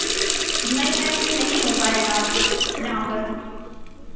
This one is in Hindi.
नहीं मैम यह नहीं हो पाएगा आप यहाँ पर